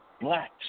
blacks